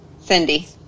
Cindy